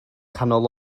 canol